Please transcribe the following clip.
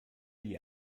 die